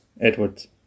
Edwards